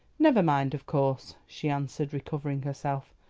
never mind, of course, she answered, recovering herself.